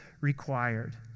required